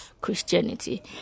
Christianity